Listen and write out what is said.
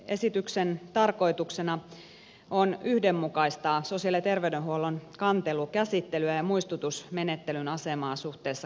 esityksen tarkoituksena on yhdenmukaistaa sosiaali ja terveydenhuollon kantelukäsittelyä ja muistutusmenettelyn asemaa suhteessa kanteluun